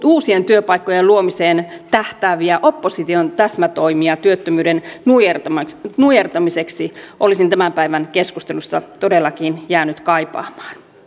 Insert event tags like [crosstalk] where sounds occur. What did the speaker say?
[unintelligible] uusien työpaikkojen luomiseen tähtääviä opposition täsmätoimia työttömyyden nujertamiseksi nujertamiseksi olisin tämän päivän keskustelussa todellakin jäänyt kaipaamaan